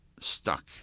stuck